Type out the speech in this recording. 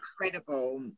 incredible